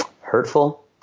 hurtful